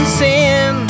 sin